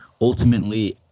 Ultimately